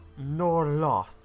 Norloth